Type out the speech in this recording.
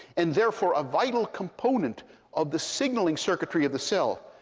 and therefore a vital component of the signaling circuitry of the cell,